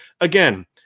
again